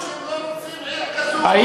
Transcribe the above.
אז תקבלו שהם לא רוצים עיר כזאת, עוד שכונת עוני.